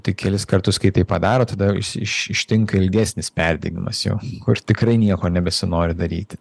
tai kelis kartus kai taip padaro tada iš ištinka ilgesnis perdegimas jau kur tikrai nieko nebesinori daryti